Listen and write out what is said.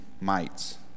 mites